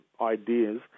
ideas